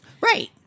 Right